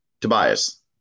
Tobias